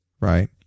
right